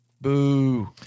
Boo